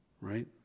right